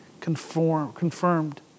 confirmed